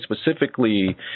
specifically